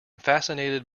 fascinated